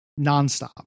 nonstop